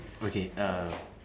okay uh